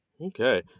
Okay